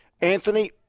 Anthony